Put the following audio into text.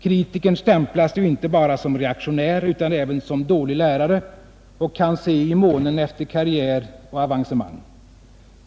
Kritikern stämplas ju inte bara som reaktionär utan även som dålig lärare och kan se i månen efter karriär och avancemang.